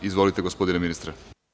Izvolite, gospodine ministre.